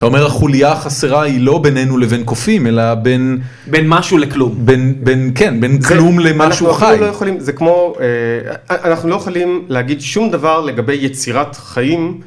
אתה אומר החולייה החסרה היא לא בינינו לבין קופים, אלא בין... בין משהו לכלום. בין, כן, בין כלום למשהו חי. אנחנו לא יכולים, זה כמו... אנחנו לא יכולים להגיד שום דבר לגבי יצירת חיים.